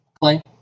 Clay